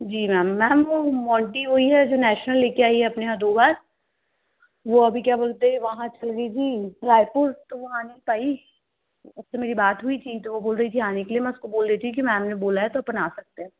जी ma'am ma'am वह Monty वही है जो नैशनल लेकर आई है अपने यहाँ दो बार वह अभी क्या बोलते वहाँ चल गई थी रायपुर तो वह आ नहीं पाई उससे मेरी बात हुई थी तो वह बोल रही थी आने के लिए मैं उसको बोल देती हूँ कि मैम ने बोला है तो अपन आ सकते हैं